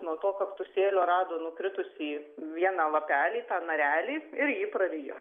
nuo to kaktusėlio rado nukritusį vieną lapelį tą narelį ir jį prarijo